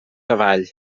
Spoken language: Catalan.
avall